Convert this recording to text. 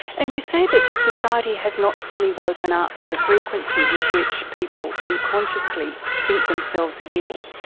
and you say that society has not fully woken up to the frequency with which people unconsciously think themselves ill.